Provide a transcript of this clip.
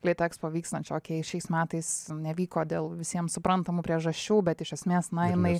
litexpo vyksiančią okey šiais metais nevyko dėl visiems suprantamų priežasčių bet iš esmės na jinai